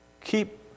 Keep